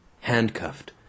handcuffed